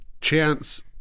Chance